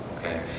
okay